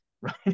right